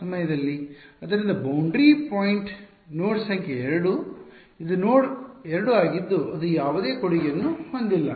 ಆದ್ದರಿಂದ boundary point node ಸಂಖ್ಯೆ 2 ಇದು ನೋಡ್ 2 ಆಗಿದ್ದು ಅದು ಯಾವುದೇ ಕೊಡುಗೆಯನ್ನು ಹೊಂದಿಲ್ಲ